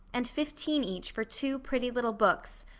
and fifteen each for two pretty little books,